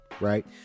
right